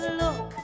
look